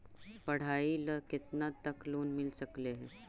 पढाई ल केतना तक लोन मिल सकले हे?